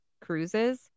cruises